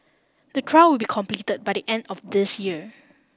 the trial will be complete by the end of this year